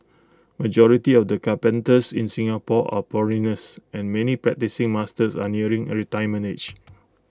majority of the carpenters in Singapore are foreigners and many practising masters are nearing A retirement age